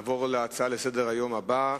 נעבור להצעה לסדר-היום שמספרה 659: